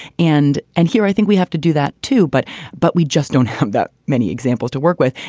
and and here i think we have to do that, too. but but we just don't have that many examples to work with.